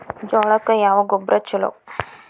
ಜೋಳಕ್ಕ ಯಾವ ಗೊಬ್ಬರ ಛಲೋ?